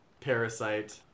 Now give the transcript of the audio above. Parasite